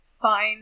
fine